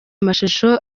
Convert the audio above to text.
mashusho